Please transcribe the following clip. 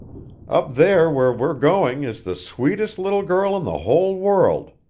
up there where we're going is the sweetest little girl in the whole world.